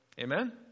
Amen